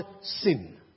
sin